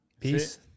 Peace